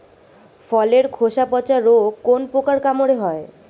ফলের খোসা পচা রোগ কোন পোকার কামড়ে হয়?